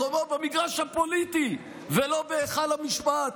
מקומו במגרש הפוליטי ולא בהיכל המשפט.